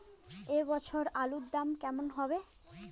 এ বছর আলুর দাম কেমন হবে?